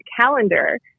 calendar